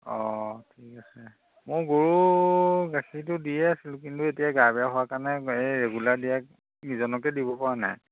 অঁ ঠিক আছে ময়ো গৰু গাখীৰটো দিয়ে আছিলোঁ কিন্তু এতিয়া গা বেয়া হোৱাৰ কাৰণে এই ৰেগুলাৰ দিয়া কেইজনকে দিবপৰা নাই